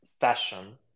fashion